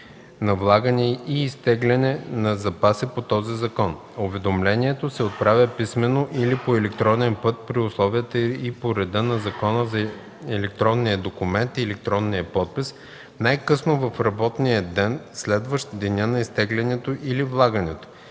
на влагане и изтегляне на запаси по този закон. Уведомлението се отправя писмено или по електронен път при условията и по реда на Закона за електронния документ и електронния подпис най-късно в работния ден, следващ деня на изтеглянето или влагането.